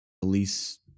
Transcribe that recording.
police